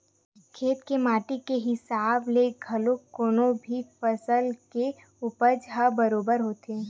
खेत के माटी के हिसाब ले घलो कोनो भी फसल के उपज ह बरोबर होथे